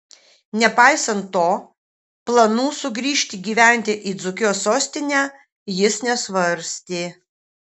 nepaisant to planų sugrįžti gyventi į dzūkijos sostinę jis nesvarstė